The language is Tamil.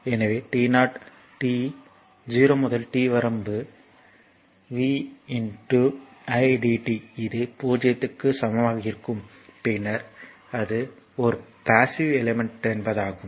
எனவே t 0 முதல் t வரம்பு v idt அது 0 க்கு சமமாக இருக்கும் பின்னர் அது ஒரு பாஸ்ஸிவ் எலிமெண்ட் என்பதாகும்